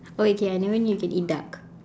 but wait K I never knew we can eat duck